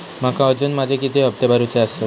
माका अजून माझे किती हप्ते भरूचे आसत?